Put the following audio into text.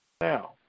Now